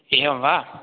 एवं वा